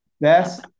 Best